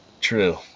True